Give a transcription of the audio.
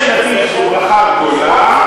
יש ילדים שזו ברכה גדולה,